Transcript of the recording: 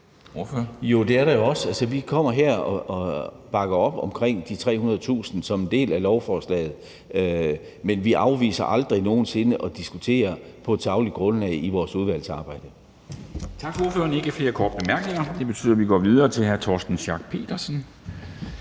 (S): Det er der jo også. Altså, vi kommer her og bakker op omkring de 300.000 kr. som en del af lovforslaget. Men vi afviser aldrig nogen sinde at diskutere på et sagligt grundlag i vores udvalgsarbejde Kl. 11:20 Formanden (Henrik Dam Kristensen): Tak til ordføreren. Der er ikke flere korte bemærkninger, og det betyder, at vi går videre til hr. Torsten Schack Petersen,